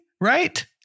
right